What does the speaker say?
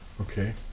Okay